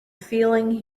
feeling